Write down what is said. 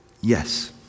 yes